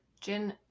gin